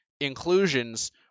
inclusions